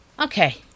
okay